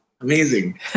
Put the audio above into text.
Amazing